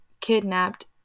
kidnapped